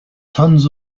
tons